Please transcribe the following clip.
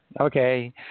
Okay